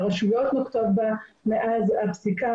והרשויות נוקטים אותה מאז הפסיקה.